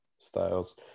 styles